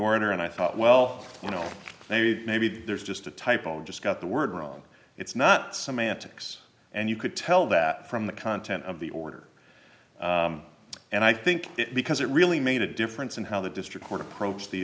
orator and i thought well you know there maybe there's just a typo just got the word wrong it's not some antics and you could tell that from the content of the order and i think because it really made a difference in how the district court approached the